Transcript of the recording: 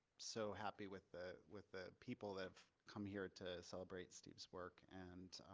so happy with the with the people that have come here to celebrate steve's work and